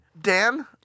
Dan